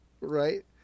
right